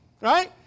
right